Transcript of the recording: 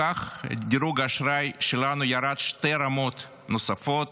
בכך, דירוג האשראי שלנו ירד שתי רמות נוספות